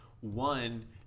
one